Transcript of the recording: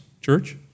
church